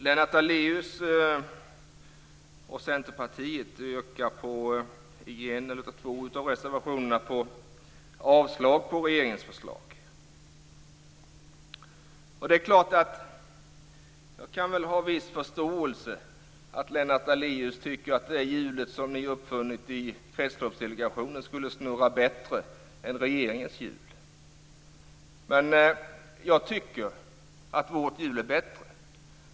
Lennart Daléus och Centerpartiet yrkar i en eller två av reservationerna på avslag på regeringens förslag. Jag har viss förståelse för att Lennart Daléus tycker att det hjul som ni i kretsloppsdelegationen har uppfunnit skulle snurra bättre än regeringens hjul. Men jag tycker att vårt hjul är bättre.